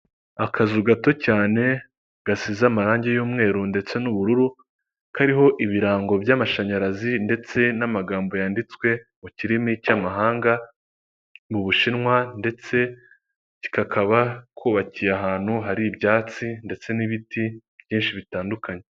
Mu muhanda hari abantu benshi bari guturuka mu mpande zitandukanye. Hari umuhanda w'abanyamaguru hejuru hari na kaburimbo iri kunyuramo moto hagati aho abantu ba bari kunyura cyangwa ku mpande z'uwo muhanda abanyamaguru bari kunyuramo hari inyubako ku ruhande rw'iburyo no kuhande rw'ibumoso hino hari ipoto.